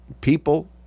people